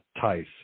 TICE